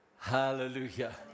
Hallelujah